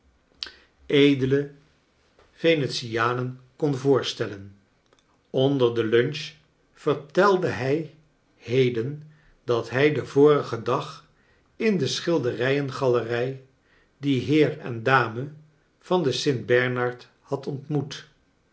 edele venetianen kon voorstelleru onder de lunch vertelde hij heden dat hij den vorigen dag in de schilderijen galerij dien heer en dame van den st bernard had ontmoet